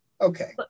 Okay